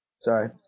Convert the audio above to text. Sorry